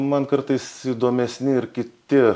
man kartais įdomesni ir kiti